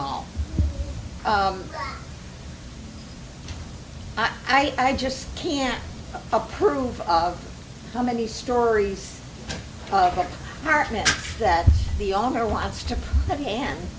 mall i just can't approve of how many stories right now that the owner wants to have an